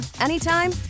anytime